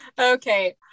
Okay